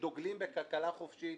שדוגלים בכלכלה חופשית